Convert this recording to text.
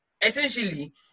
essentially